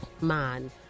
man